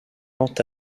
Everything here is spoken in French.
quant